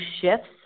shifts